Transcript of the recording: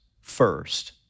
first